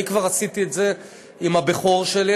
אני כבר עשיתי את זה עם הבכור שלי